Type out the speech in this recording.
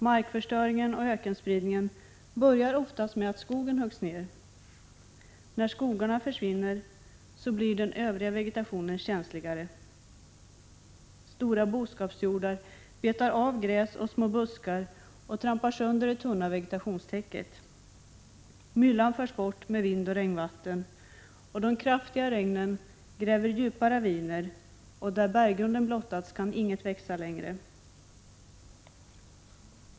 Markförstöringen och ökenspridningen börjar oftast med att skogen huggs ner. När skogarna försvinner blir den övriga vegetationen känsligare. Stora boskapshjordar betar av gräs och små buskar och trampar sönder det tunna vegetationstäcket. Myllan förs bort med vind och regnvatten. De kraftiga regnen gräver djupa raviner. Och där berggrunden blottats kan inget växa längre.